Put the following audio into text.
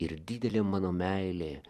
ir didelė mano meilė